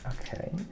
Okay